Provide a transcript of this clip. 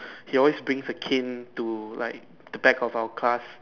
he always brings a cane to like the back of our class